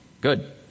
Good